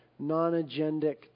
Non-agendic